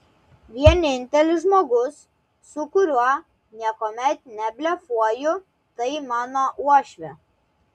vienintelis žmogus su kuriuo niekuomet neblefuoju tai mano uošvė